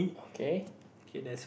okay